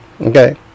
Okay